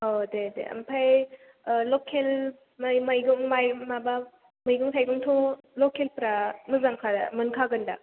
औ दे दे ओमफ्राय लकेल मैगं माबा मैगं थाइगंखौ लकेलफ्रा मोजांखा मोनखागोन दा